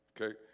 okay